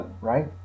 right